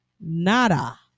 nada